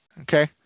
okay